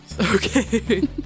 Okay